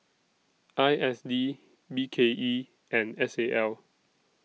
I S D B K E and S A L